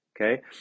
okay